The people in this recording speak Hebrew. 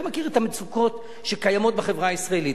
אתה מכיר את המצוקות שקיימות בחברה הישראלית.